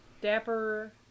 Dapper